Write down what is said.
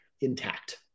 intact